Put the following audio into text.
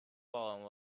fallen